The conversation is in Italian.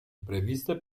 previste